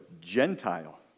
Gentile